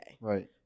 Right